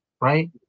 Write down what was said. right